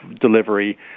delivery